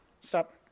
Stop